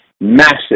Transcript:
massive